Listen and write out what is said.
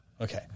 Okay